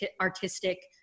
artistic